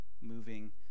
moving